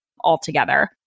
altogether